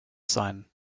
sein